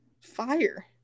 fire